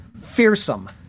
fearsome